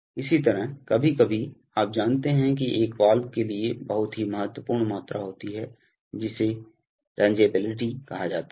इसी तरह कभी कभी आप जानते हैं कि एक वाल्व के लिए बहुत ही महत्वपूर्ण मात्रा होती है जिसे रंजाबिलिटी कहा जाता है